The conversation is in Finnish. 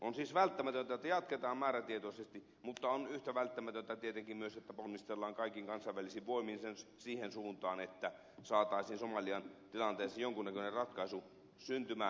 on siis välttämätöntä että jatketaan määrätietoisesti mutta on yhtä välttämätöntä tietenkin myös että ponnistellaan kaikin kansainvälisin voimin siihen suuntaan että saataisiin somalian tilanteeseen jonkun näköinen ratkaisu syntymään